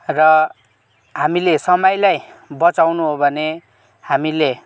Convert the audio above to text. र हामीले समयलाई बचाउनु हो भने हामीले